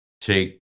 take